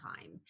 time